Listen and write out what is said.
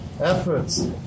efforts